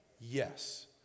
Yes